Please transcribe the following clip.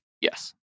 Yes